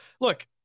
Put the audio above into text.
look